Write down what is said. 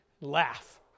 Laugh